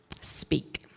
Speak